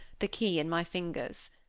the key in my fingers.